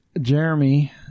Jeremy